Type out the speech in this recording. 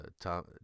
Tom